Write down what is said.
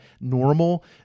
normal